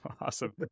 Awesome